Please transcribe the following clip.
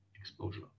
exposure